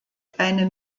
eine